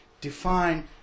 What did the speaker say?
define